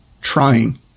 trying